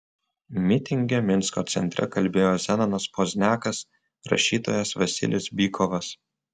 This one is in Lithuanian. mitinge minsko centre kalbėjo zenonas pozniakas rašytojas vasilis bykovas